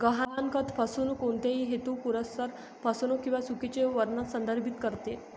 गहाणखत फसवणूक कोणत्याही हेतुपुरस्सर फसवणूक किंवा चुकीचे वर्णन संदर्भित करते